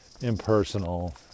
impersonal